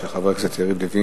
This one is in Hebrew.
של חבר הכנסת יריב לוין,